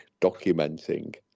documenting